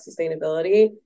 sustainability